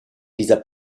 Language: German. dieser